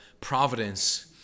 providence